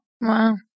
Wow